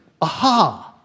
Aha